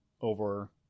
over